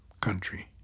country